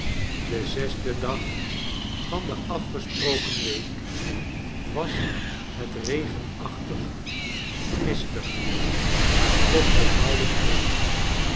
de zesde dag van de afgesproken week was het regenachtig mistig maar toch benauwend heet